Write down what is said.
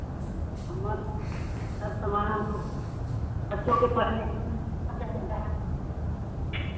हाँ तो अब समान वह तो बच्चों के पढ़ने के लिए चाहेगा